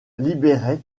liberec